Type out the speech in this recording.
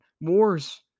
wars